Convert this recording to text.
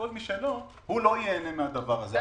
כל מי שלא הרוויח לא ייהנה מן הדבר הזה.